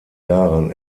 daran